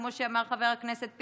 כמו שאמר חבר הכנסת פינדרוס,